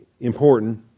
Important